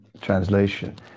translation